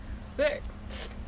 Six